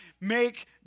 make